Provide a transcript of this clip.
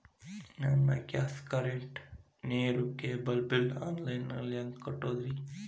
ನನ್ನ gas, current, ನೇರು, cable bill online ನಲ್ಲಿ ಹೆಂಗ್ ಕಟ್ಟೋದ್ರಿ?